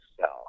sell